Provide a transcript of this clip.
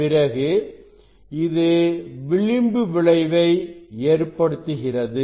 பிறகு இது விளிம்பு விளைவு ஏற்படுத்துகிறது